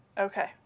Okay